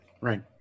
right